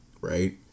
right